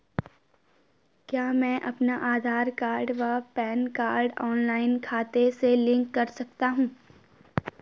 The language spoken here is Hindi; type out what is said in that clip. क्या मैं अपना आधार व पैन कार्ड ऑनलाइन खाते से लिंक कर सकता हूँ?